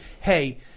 Hey